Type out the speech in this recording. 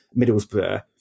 Middlesbrough